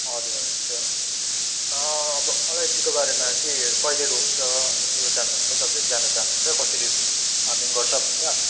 हजुर हजुर स्योर अब अलैँचीको बारेमा के कहिले रोप्छ त्यो जान्नुहुन्छ तपाईँले जान्न चाहनुहुन्छ कसरी फार्मिङ गर्छ भनेर